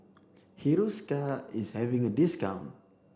Hiruscar is having a discount